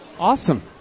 Awesome